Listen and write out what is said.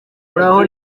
muraho